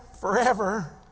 forever